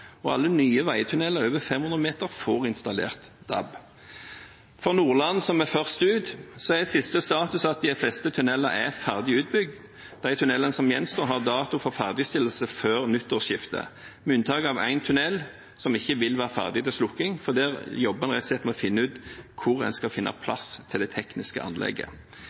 og alle nye veitunneler over 500 meter, får installert DAB. For Nordland, som er først ute, er siste status at de fleste tunneler er ferdig utbygd. De tunnelene som gjenstår, har dato for ferdigstillelse før nyttårsskiftet, med unntak av én tunnel som ikke vil være ferdig til slukking, for der jobber en rett og slett med å finne ut hvor en skal finne plass til det tekniske anlegget.